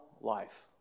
life